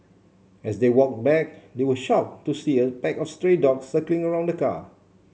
as they walked back they were shocked to see a pack of stray dogs circling around the car